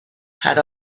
had